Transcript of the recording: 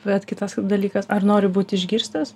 bet kitas dalykas ar nori būti išgirstas